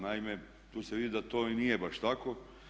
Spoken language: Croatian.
Naime, tu se vidi da to i nije baš tako.